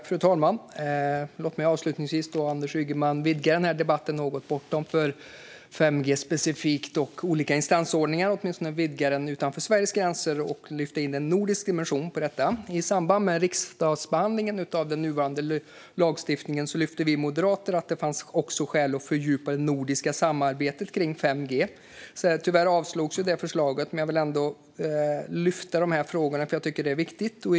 Fru talman! Låt mig avslutningsvis, Anders Ygeman, vidga debatten något bortom 5G specifikt och olika instansordningar, åtminstone vidga den utanför Sveriges gränser och lyfta in en nordisk dimension. I samband med riksdagsbehandlingen av den nuvarande lagstiftningen lyfte vi moderater upp att det också finns skäl att fördjupa det nordiska samarbetet om 5G. Tyvärr avslogs förslaget, men jag vill ändå lyfta upp frågorna eftersom jag tycker att de är viktiga. Fru talman!